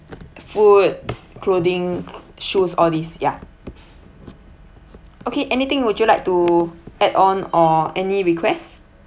food clothing shoes all these ya okay anything would you like to add on or any request